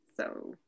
So-